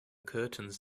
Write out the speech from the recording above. curtains